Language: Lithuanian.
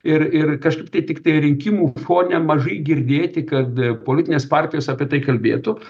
ir ir kažkaip tai tiktai rinkimų fone mažai girdėti kad politinės partijos apie tai kalbėtų